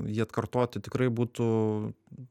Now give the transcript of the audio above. jį atkartoti tikrai būtų